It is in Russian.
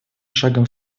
шагом